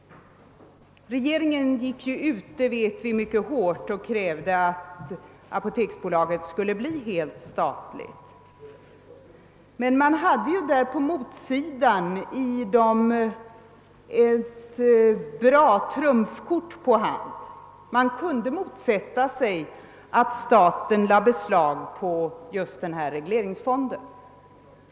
Regeringen gick ju ut mycket hårt — det vet vi — och krävde att apoteksbolaget skulle bli helt statligt. Men motsidan hade ett bra trumfkort på hand: man kunde motsätta sig att staten lade beslag på regleringsfonden.